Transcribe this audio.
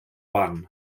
wan